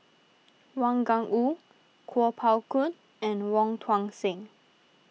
Wang Gungwu Kuo Pao Kun and Wong Tuang Seng